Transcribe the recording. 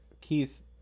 Keith